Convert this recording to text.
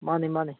ꯃꯥꯅꯤ ꯃꯥꯅꯤ